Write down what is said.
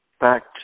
back